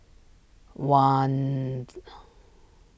once